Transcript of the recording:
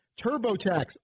TurboTax